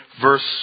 verse